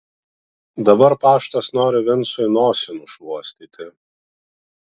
dabar paštas nori vincui nosį nušluostyti